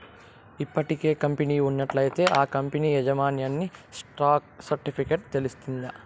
ఇప్పటికే కంపెనీ ఉన్నట్లయితే ఆ కంపనీ యాజమాన్యన్ని స్టాక్ సర్టిఫికెట్ల తెలస్తాది